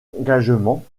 engagement